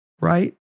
right